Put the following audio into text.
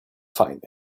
find